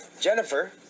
Jennifer